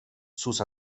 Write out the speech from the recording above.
sus